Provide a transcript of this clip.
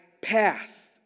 path